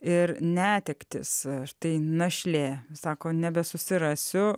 ir netektis štai našlė sako nebesusirasiu